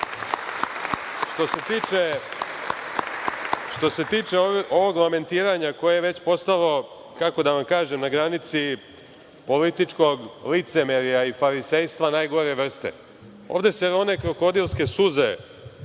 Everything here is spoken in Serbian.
se tiče ovog lamentiranja koje je već postalo, kako da vam kažem, na granici političkog licemerja i farisejstva najgore vrste. Ovde se rone krokodilske suze